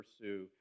pursue